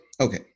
okay